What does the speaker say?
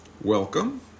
Welcome